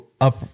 up